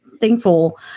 thankful